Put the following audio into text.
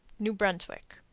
new brunswick.